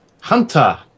Hunter